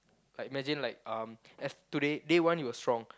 like imagine like um as today day one you're strong